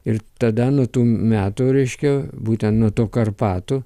ir tada nuo tų metų reiškia būtent nuo to karpatų